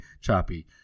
Choppy